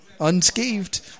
unscathed